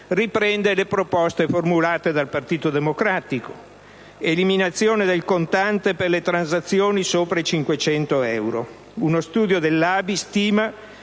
riprende le proposte formulate dal Partito Democratico: eliminazione del contante per le transazioni sopra i 500 euro. Uno studio dell'ABI stima